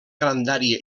grandària